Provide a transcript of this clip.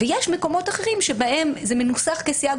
יש מקומות אחרים שבהם זה מנוסח כסייג